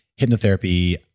hypnotherapy